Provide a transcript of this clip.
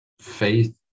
faith